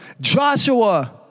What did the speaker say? Joshua